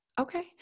Okay